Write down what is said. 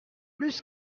plus